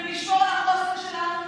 ולשמור על החוסן שלנו,